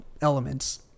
elements